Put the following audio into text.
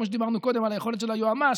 כמו שדיברנו קודם על היכולת של היועמ"ש